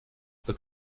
что